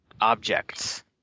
objects